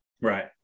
Right